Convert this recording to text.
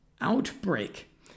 outbreak